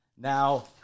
Now